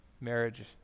marriage